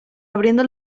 abriendo